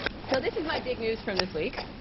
so this is my big news from this week,